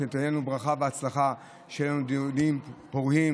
שתהיה לנו ברכה והצלחה ושיהיו לנו דיונים פוריים,